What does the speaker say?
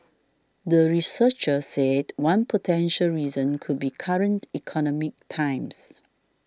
the researchers said one potential reason could be current economic times